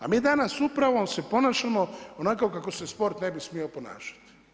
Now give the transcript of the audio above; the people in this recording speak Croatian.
A mi danas upravo se ponašamo onako kako se sport ne bi smio ponašati.